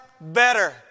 better